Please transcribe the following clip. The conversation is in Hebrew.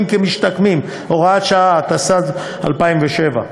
התשס"ח 2008,